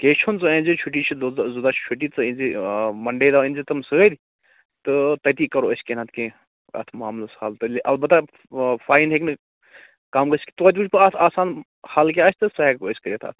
کیٚنٛہہ چھُنہٕ ژٕ أنۍزِ چھُٹی چھِ دۄن دۄہَن زٕ دۄہ چھِ چھُٹی ژٕ أنۍزِ آ مَنٛڈے دۄہ أنۍزِ تِم سۭتۍ تہٕ تَتی کَرو أسۍ کیٚنٛہہ نَتہٕ کیٚنٛہہ اَتھ معاملَس حَل تیٚلہِ اَلبتہٕ آ فایِن ہیٚکہِ نہٕ کَم گٔژھِتھ توتہِ وُچھٕ بہٕ اَتھ آسان حَل کیٛاہ آسہِ تہٕ سُہ ہیٚکو أسۍ کٔرِتھ اَتھ